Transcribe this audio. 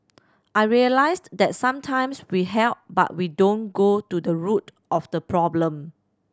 I realised that sometimes we help but we don't go to the root of the problem